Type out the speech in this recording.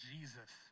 Jesus